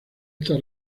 esta